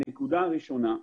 הנקודה הראשונה,